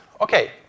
Okay